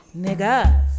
niggas